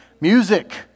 Music